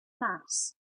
mass